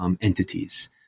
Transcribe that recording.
entities